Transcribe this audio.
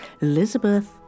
Elizabeth